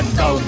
go